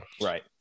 Right